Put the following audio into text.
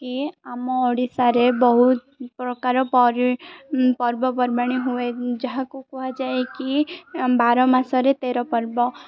କି ଆମ ଓଡ଼ିଶାରେ ବହୁତ ପ୍ରକାର ପ ପର୍ବପର୍ବାଣି ହୁଏ ଯାହାକୁ କୁହାଯାଏ କିି ବାର ମାସରେ ତେର ପର୍ବ